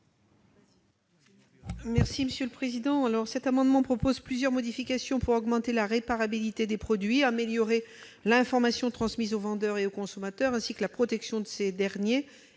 l'amendement n° 232 rectifié. Cet amendement tend à apporter plusieurs modifications pour augmenter la réparabilité des produits, améliorer l'information transmise aux vendeurs et aux consommateurs, ainsi que la protection de ces derniers,